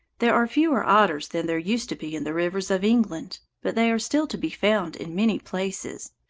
there are fewer otters than there used to be in the rivers of england. but they are still to be found in many places.